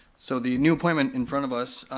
so the new appointment in front of us,